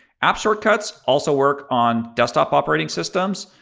app shortcuts also work on desktop operating systems.